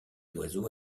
oiseau